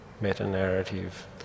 meta-narrative